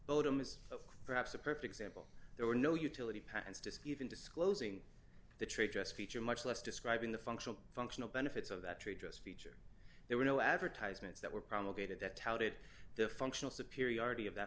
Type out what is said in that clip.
bodum is of perhaps a perfect example there were no utility patents disk even disclosing the trade dress feature much less describing the functional functional benefits of that tree dress feature there were no advertisements that were promulgated that touted the functional superiority of that